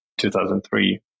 2003